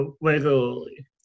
regularly